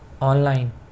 online